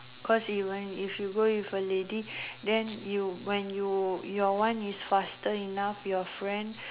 cause even if you go with a lady then you when you your one is faster enough your friend